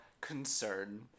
concern